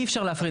אי אפשר להפריד.